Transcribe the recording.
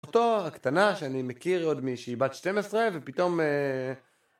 אחותו הקטנה שאני מכיר עוד משהיא בת 12 ופתאום